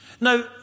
Now